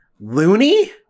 loony